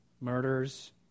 murders